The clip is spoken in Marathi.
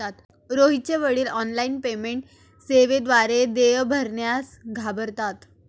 रोहितचे वडील ऑनलाइन पेमेंट सेवेद्वारे देय भरण्यास घाबरतात